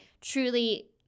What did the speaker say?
truly